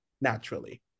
Naturally